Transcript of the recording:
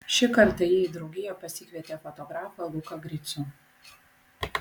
šį kartą ji į draugiją pasikvietė fotografą luką gricių